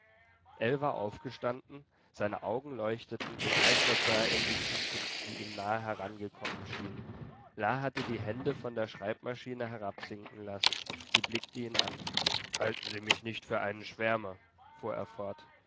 ell war aufgestanden seine augen leuchteten begeistert sah er in die zukunft die ihm nahe herangekommen schien la hatte die hände von der schreibmaschine herabsinken lassen sie blickte ihn an halten sie mich nicht für einen schwärmer fuhr er fort